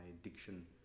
addiction